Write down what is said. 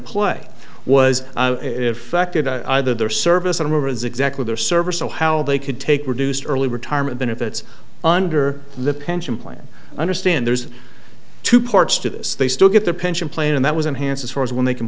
play was affected either their service on a resume with their service or how they could take reduced early retirement benefits under the pension plan i understand there's two parts to this they still get the pension plan and that was enhanced as far as when they can